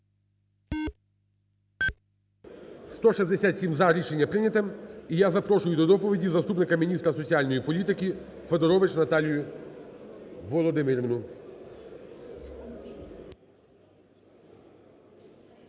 За-167 Рішення прийняте. І я запрошую до доповіді заступника міністра соціальної політики Федорович Наталію Володимирівну.